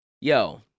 yo